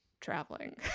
traveling